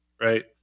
Right